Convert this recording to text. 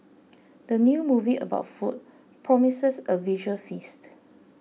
the new movie about food promises a visual feast